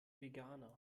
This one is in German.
veganer